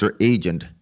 Agent